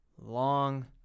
long